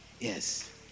Yes